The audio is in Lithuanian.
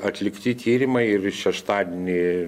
atlikti tyrimai ir šeštadienį